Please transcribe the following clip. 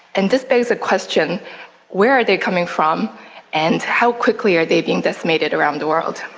and this basic question where are they coming from and how quickly are they being decimated around the world?